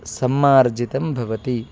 सम्मार्जितं भवति